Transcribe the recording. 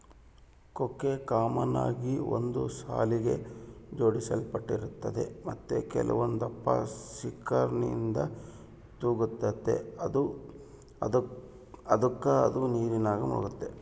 ಕೊಕ್ಕೆ ಕಾಮನ್ ಆಗಿ ಒಂದು ಸಾಲಿಗೆ ಜೋಡಿಸಲ್ಪಟ್ಟಿರ್ತತೆ ಮತ್ತೆ ಕೆಲವೊಂದಪ್ಪ ಸಿಂಕರ್ನಿಂದ ತೂಗ್ತತೆ ಅದುಕ ಅದು ನೀರಿನಾಗ ಮುಳುಗ್ತತೆ